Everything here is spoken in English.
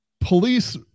Police